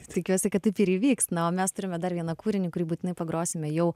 tikiuosi kad taip ir įvyks na o mes turime dar vieną kūrinį kurį būtinai pagrosime jau